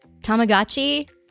Tamagotchi